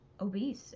obese